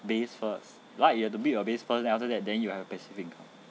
base first right you have to build your base first then after that then you have passive income